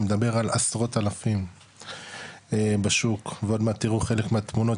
אני מדבר על עשרות אלפים בשוק ועוד מעט תראו חלק מהתמונות,